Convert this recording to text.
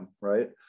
right